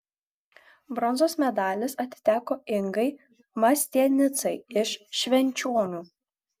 bronzos medalis atiteko ingai mastianicai iš švenčionių